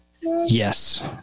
Yes